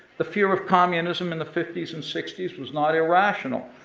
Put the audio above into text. the fear of communism in the fifty s and sixty s was not irrational,